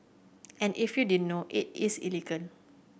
and if you didn't know it is illegal